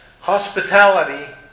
hospitality